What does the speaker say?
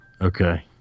Okay